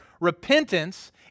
Repentance